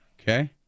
Okay